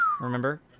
remember